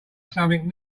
something